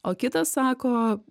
o kitas sako